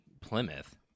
Plymouth